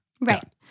Right